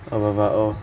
oh bah bah oh